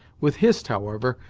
with hist, however,